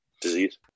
disease